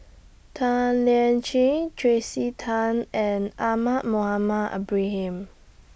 Tan Lian Chye Tracey Tan and Ahmad Mohamed Ibrahim